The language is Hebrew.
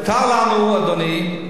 מותר לנו, אדוני.